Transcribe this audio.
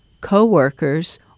co-workers